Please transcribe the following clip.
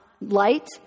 Light